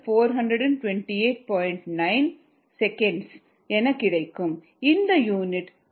9 விநாடிகள் எனக்கு கிடைக்கும் இதன் யூனிட் வினாடிகளில் உள்ளது